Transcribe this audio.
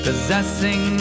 Possessing